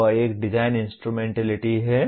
वह एक design instrumentality है